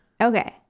Okay